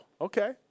okay